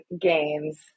games